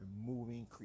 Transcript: moving